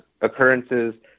occurrences